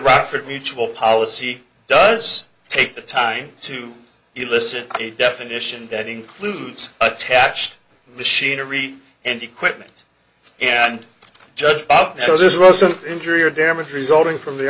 rockford mutual policy does take the time to elicit a definition that includes attached machinery and equipment and judge up there's also injury or damage resulting from the